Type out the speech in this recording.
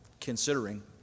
considering